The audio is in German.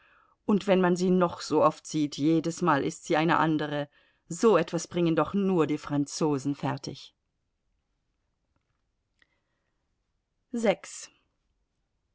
und wenn man sie noch so oft sieht jedesmal ist sie eine andere so etwas bringen doch nur die franzosen fertig